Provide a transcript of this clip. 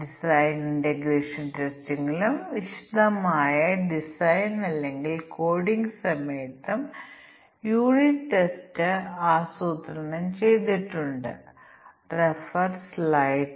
മൂന്ന് ഇൻപുട്ട് വ്യവസ്ഥകളുണ്ടെന്ന് ഞങ്ങൾ പറഞ്ഞതുപോലെ ഒന്ന് പകുതിയിലധികം നിറഞ്ഞിരിക്കുന്നു ടിക്കറ്റ് വില 3000 ൽ കൂടുതലാണ് അത് ഒരു ആഭ്യന്തര വിമാനമാണോ അല്ലയോ